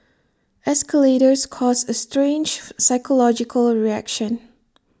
escalators cause A strange psychological reaction